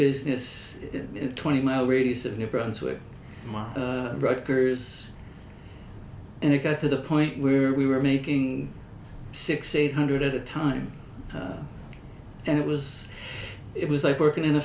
business in twenty mile radius of new brunswick rutgers and it got to the point where we were making six eight hundred at a time and it was it was like working